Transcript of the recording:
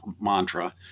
mantra